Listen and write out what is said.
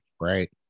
right